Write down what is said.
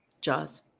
Jaws